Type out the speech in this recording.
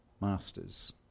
masters